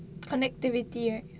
connectivity right